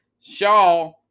shaw